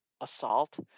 assault